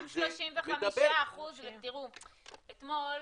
גם 35%. תראו, אתמול,